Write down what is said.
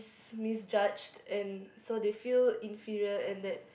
misjudged and so they feel inferior and that